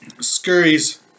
scurries